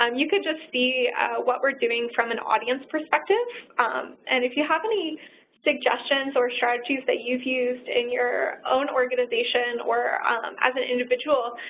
um you can just see what we're doing from an audience perspective and if you have any suggestions or strategies that you've used in your own organization, or as an individual,